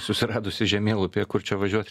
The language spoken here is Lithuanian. susiradusi žemėlapyje kur čia važiuot